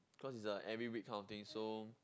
cause it's a every week kind of thing so